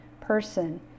person